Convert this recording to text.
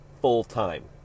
full-time